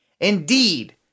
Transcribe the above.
Indeed